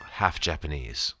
half-Japanese